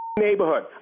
Neighborhood